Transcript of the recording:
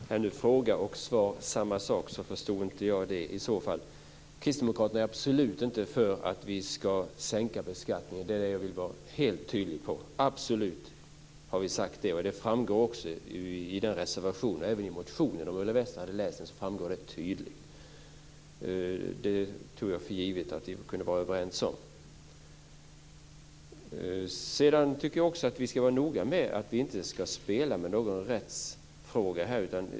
Fru talman! Om nu fråga och svar är samma sak, så förstår jag inte det. Kristdemokraterna är absolut inte för att vi ska sänka skatten. Det vill jag säga tydligt, och det framgår också av reservationen och motionen. Det tog jag för givet att vi kunde vara överens om. Sedan tycker jag att vi ska vara noga med att inte spela om någon rättsfråga här.